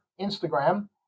Instagram